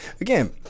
again